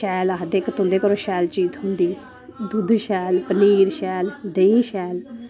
शैल आखदे कि तुं'दे कोलूं शैल चीज़ थ्होंदी दुध्द शैल पनीर शैल देहीं शैल